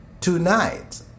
tonight